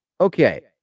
Okay